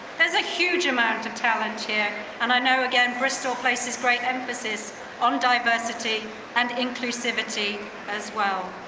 there's a huge amount of talent here, and i know again, bristol places great emphasis on diversity and inclusivity as well.